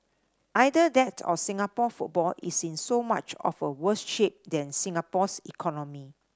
either that or Singapore football is in so much of a worse shape than Singapore's economy